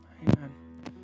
Amen